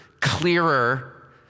clearer